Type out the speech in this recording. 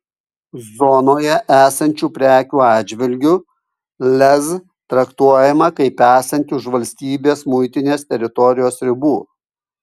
zonoje esančių prekių atžvilgiu lez traktuojama kaip esanti už valstybės muitinės teritorijos ribų